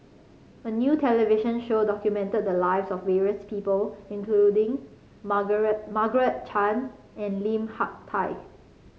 a new television show documented the lives of various people including Margaret Margaret Chan and Lim Hak Tai